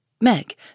Meg